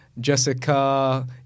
Jessica